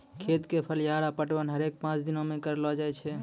खेत क फलिया पटवन हरेक पांच दिनो म करलो जाय छै